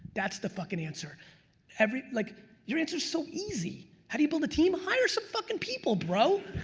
that's the fuckin' answer every like you're answer's so easy. how do you build a team? hire some fuckin' people, bro.